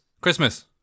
Christmas